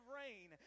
rain